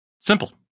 Simple